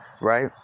right